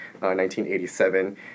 1987